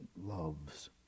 loves